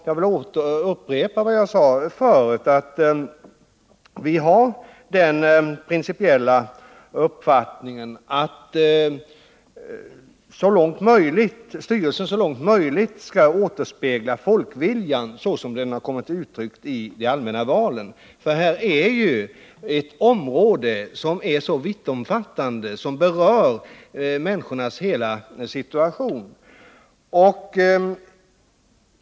Jag vill upprepa vad jag sade förut, nämligen att vi har den principiella uppfattningen att styrelsen så långt möjligt skall återspegla folkviljan som den kommit till uttryck i de allmänna valen. Detta område är så vittomfattande, det berör människornas hela situation.